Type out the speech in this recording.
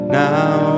now